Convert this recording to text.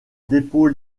dépôt